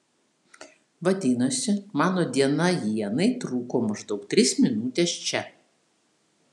vadinasi mano diena ienai truko maždaug tris minutes čia